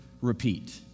repeat